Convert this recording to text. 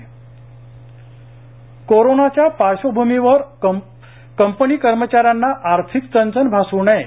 PF कोरोनाच्या पार्श्वभूमीवर company कर्मचार्यांना आर्थिक चणचण भास् नये